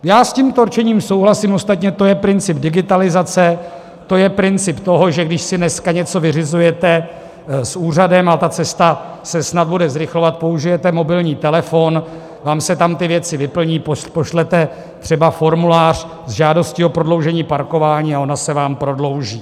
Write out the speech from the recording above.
S tímto rčením souhlasím, ostatně to je princip digitalizace, to je princip toho, že když si dneska něco vyřizujete s úřadem a ta cesta se snad bude zrychlovat, použijete mobilní telefon, vám se tam ty věci vyplní, pošlete třeba formulář žádosti o prodloužení parkování a ono se vám prodlouží.